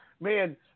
man